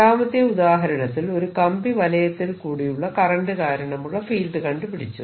രണ്ടാമത്തെ ഉദാഹരണത്തിൽ ഒരു കമ്പി വലയത്തിൽ കൂടിയുള്ള കറന്റ് കാരണമുള്ള ഫീൽഡ് കണ്ടുപിടിച്ചു